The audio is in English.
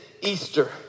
Easter